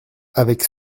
avec